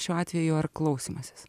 šiuo atveju ar klausymasis